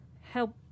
help